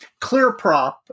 Clearprop